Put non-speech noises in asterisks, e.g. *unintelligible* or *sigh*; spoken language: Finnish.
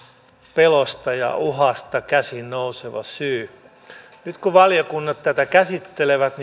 pelosta ja uhasta käsin nouseva syy nyt kun valiokunnat tätä käsittelevät *unintelligible*